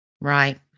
Right